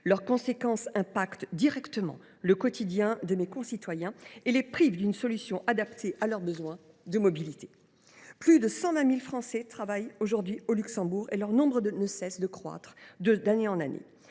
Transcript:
–, avec un impact direct sur le quotidien de mes concitoyens, qui manquent d’une solution adaptée à leurs besoins de mobilité. Plus de 120 000 Français travaillent aujourd’hui au Luxembourg, et leur nombre ne cesse de croître d’année en année.